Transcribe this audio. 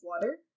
water